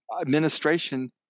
administration